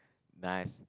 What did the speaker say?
nice